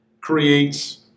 creates